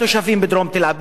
בכל השכונות האלה,